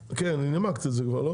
נימקת את זה כבר.